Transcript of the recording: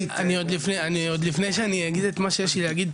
לפני שאני אגיד את מה שיש לי להגיד,